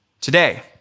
today